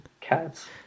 cats